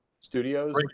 studios